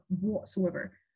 whatsoever